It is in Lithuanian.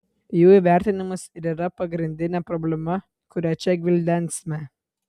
jų įvertinimas ir yra pagrindinė problema kurią čia gvildensime